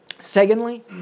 Secondly